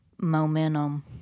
momentum